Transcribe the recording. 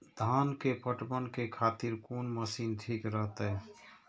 धान के पटवन के खातिर कोन मशीन ठीक रहते?